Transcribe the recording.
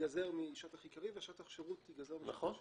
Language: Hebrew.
ייגזר משטח עיקרי, שטח שירות ייגזר משטח שירות.